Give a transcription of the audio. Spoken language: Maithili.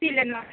कुर्ती लेना है